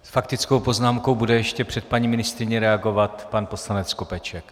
S faktickou poznámkou bude ještě před paní ministryní reagovat pan poslanec Skopeček.